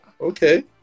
Okay